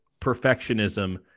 perfectionism